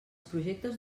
projectes